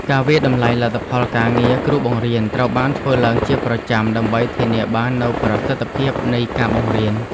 ការវាយតម្លៃលទ្ធផលការងារគ្រូបង្រៀនត្រូវបានធ្វើឡើងជាប្រចាំដើម្បីធានាបាននូវប្រសិទ្ធភាពនៃការបង្រៀន។